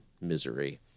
misery